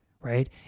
right